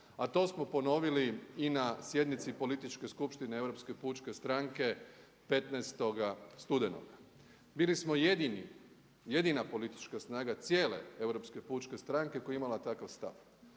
a to smo ponovili i na sjednici političke skupštine Europske pučke stranke 15. studenog. Bili smo jedina politička snaga cijele Europske pučke stranke koja je imala takav stav